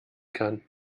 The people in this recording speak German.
kann